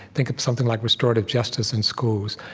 think of something like restorative justice in schools.